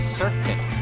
circuit